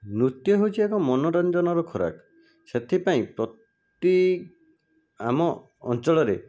ନୃତ୍ୟ ହେଉଛି ଏକ ମନୋରଞ୍ଜନର ଖୁରାକ ସେଥିପାଇଁ ପ୍ରତି ଆମ ଅଞ୍ଚଳରେ